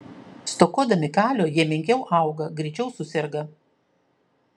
stokodami kalio jie menkiau auga greičiau suserga